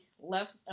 left